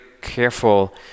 careful